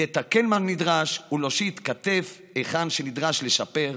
לתקן מה שנדרש ולהושיט כתף היכן שנדרש לשפר,